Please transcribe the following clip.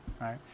right